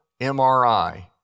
MRI